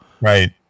Right